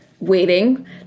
waiting